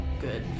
good